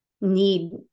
need